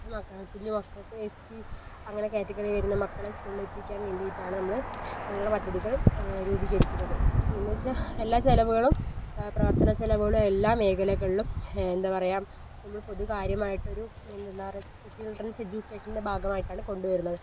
മക്കൾ കുഞ്ഞുമക്കൾക്ക് S T അങ്ങനെ കാറ്റഗറി വരുന്ന മക്കൾ സ്കൂളിൽ എത്തിക്കാൻ വേണ്ടിയിട്ടാണ് നമ്മൾ അങ്ങനെയുള്ള പദ്ധതികൾ രൂപീകരിക്കുന്നത് എന്നുവെച്ചാൽ എല്ലാ ചിലവുകളും പ്രവർത്തന ചിലവുകളും എല്ലാ മേഖലകളിലും എന്താ പറയുക നമ്മൾ പൊതുകാര്യമായിട്ട് ഒരു എന്തെന്ന് പറയുക ചിൽഡ്രൻസ് എജുക്കേഷൻ്റെ ഭാഗമായിട്ടാണ് കൊണ്ടുവരുന്നത്